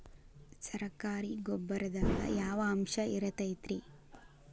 ಸರಕಾರಿ ಗೊಬ್ಬರದಾಗ ಯಾವ ಅಂಶ ಇರತೈತ್ರಿ?